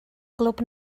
glwb